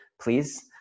please